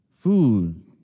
Food